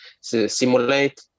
simulate